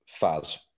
Faz